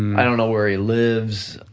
i don't know where he lives.